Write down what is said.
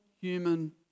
human